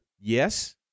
Yes